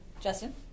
Justin